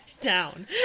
down